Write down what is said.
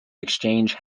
exchange